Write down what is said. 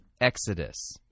Exodus